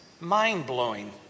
mind-blowing